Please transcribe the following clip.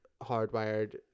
hardwired